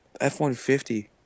F-150